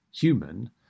human